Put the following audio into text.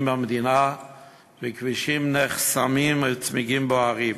במדינה וכבישים נחסמים בצמיגים בוערים.